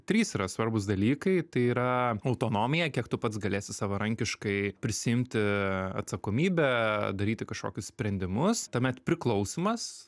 trys yra svarbūs dalykai tai yra autonomija kiek tu pats galėsi savarankiškai prisiimti atsakomybę daryti kažkokius sprendimus tuomet priklausymas